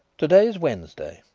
to-day is wednesday.